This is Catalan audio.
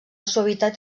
suavitat